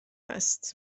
است